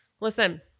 Listen